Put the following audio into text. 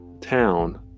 town